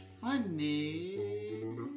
funny